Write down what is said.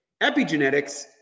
epigenetics